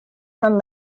from